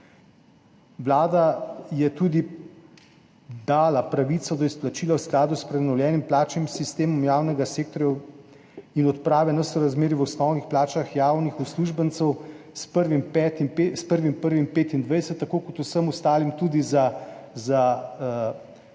Vlada je tudi dala pravico do izplačila v skladu s prenovljenim plačnim sistemom javnega sektorja in odpravo nesorazmerij v osnovnih plačah javnih uslužbencev s 1. 1. 2025 tako kot vsem ostalim tudi za